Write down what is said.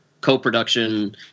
co-production